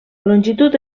longitud